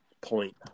point